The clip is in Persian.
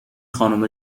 خانم